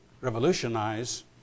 revolutionize